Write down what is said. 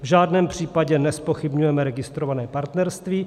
V žádném případě nezpochybňujeme registrované partnerství.